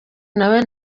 nawe